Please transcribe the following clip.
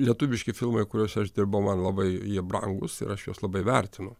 lietuviški filmai kuriuose aš dirbau man labai jie brangūs ir aš juos labai vertinu